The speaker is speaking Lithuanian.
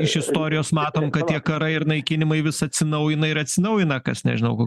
iš istorijos matom kad tie karai ir naikinimai vis atsinaujina ir atsinaujina kas nežinau ko